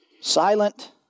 Silent